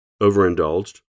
Overindulged